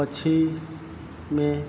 પછી મેં